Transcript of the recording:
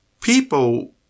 People